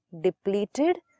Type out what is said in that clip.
depleted